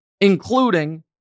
including